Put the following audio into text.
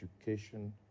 education